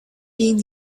being